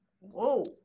whoa